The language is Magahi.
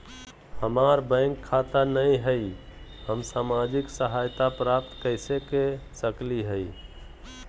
हमार बैंक खाता नई हई, हम सामाजिक सहायता प्राप्त कैसे के सकली हई?